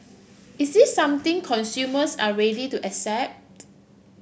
is this something consumers are ready to accept